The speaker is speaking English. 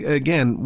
again